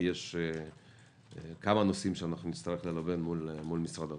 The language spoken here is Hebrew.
יש כמה נושאים שנצטרך ללבן מול משרד האוצר.